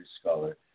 scholar